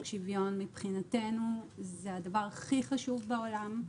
שוויון מבחינתנו זה הדבר הכי חשוב בעולם.